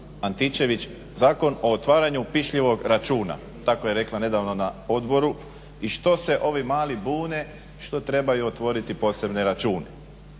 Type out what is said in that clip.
Antičević Zakon o otvaranju pišljivog računa. Tako je rekla nedavno na odboru i što se ovi mali bune što trebaju otvoriti posebne račune.